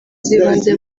z’ibanze